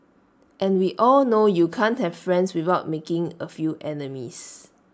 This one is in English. and we all know you can't have friends without making A few enemies